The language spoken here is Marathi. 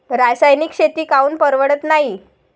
रासायनिक शेती काऊन परवडत नाई?